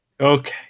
Okay